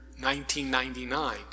1999